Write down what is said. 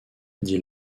dit